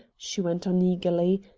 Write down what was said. she went on eagerly,